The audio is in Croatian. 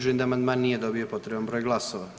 da amandman nije dobio potreban broj glasova.